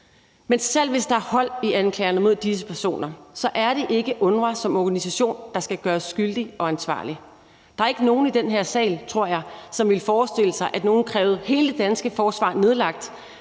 Men selv hvis der er hold i anklagerne mod disse personer, er det ikke UNRWA som organisation, der skal gøres skyldig og ansvarlig. Jeg tror ikke, der er nogen i den her sal, som ville forestille sig, at nogen krævede hele det danske forsvar nedlagt,